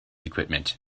equipment